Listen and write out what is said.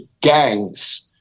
gangs